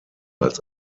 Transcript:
als